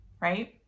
right